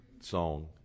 song